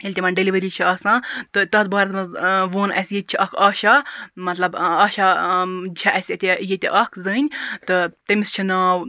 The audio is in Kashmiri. ییٚلہِ تِمَن ڈیلوری چھِ آسان تہٕ تتھ بارَس مَنٛز ووٚن اَسہِ ییٚتہِ چھِ اکھ آشا مَطلَب آشا چھِ اَسہِ اَتہِ ییٚتہِ اکھ زنۍ تہٕ تمِس چھ ناو